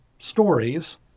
stories